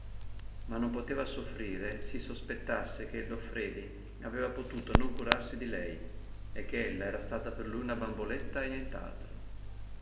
ma non poteva soffrire si sospettasse che il loffredi aveva potuto non curarsi di lei e che ella era stata per lui una bamboletta e nient'altro